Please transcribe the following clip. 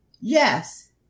Yes